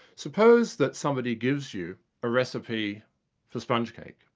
suppose that somebody gives you a recipe for sponge case,